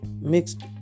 mixed